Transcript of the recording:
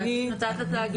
נתת לתאגיד להגיב במשך.